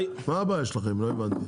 מה הבעיה שלכם לא הבנתי?